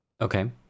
Okay